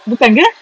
bukan ke